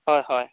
হয় হয়